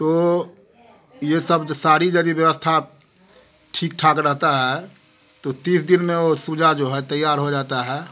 तो ये सब सारी यदि व्यवस्था ठीक ठाक रहती है तो तीस दिन में वो सुजा जो है तैयार हो जाता है